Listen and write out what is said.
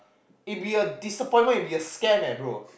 it'd be a disappointment it'd a scam leh bro